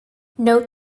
note